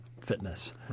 fitness